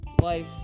life